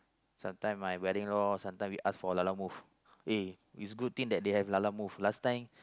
sometime my wedding lor sometime we ask for Lalamove eh it's good thing we have Lalamove last time